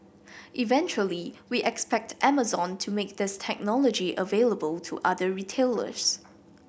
eventually we expect Amazon to make this technology available to other retailers